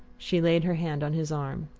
she laid her hand on his arm.